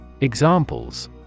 Examples